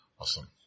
Awesome